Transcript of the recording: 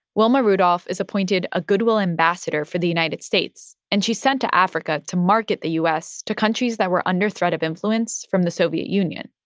wilma rudolph is appointed a goodwill ambassador for the united states. and she's sent to africa to market the u s. to countries that were under threat of influence from the soviet union,